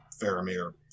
Faramir